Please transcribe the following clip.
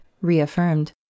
reaffirmed